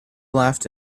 laughed